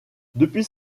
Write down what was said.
depuis